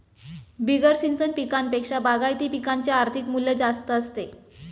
बिगर सिंचन पिकांपेक्षा बागायती पिकांचे आर्थिक मूल्य जास्त असते